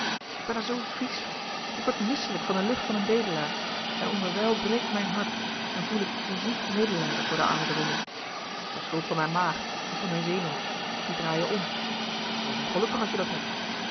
ik ben er zoo vies van ik word misselijk van de lucht van een bedelaar en onderwijl breekt mijn hart en voel ik fyziek medelijden voor den armen drommel het is de schuld van mijn maag of van mijn zenuwen die draaien om het is heel ongelukkig als je dat hebt